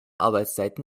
arbeitszeiten